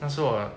但是我